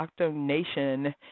OctoNation